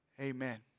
Amen